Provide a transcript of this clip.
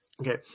Okay